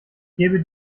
gebe